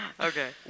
Okay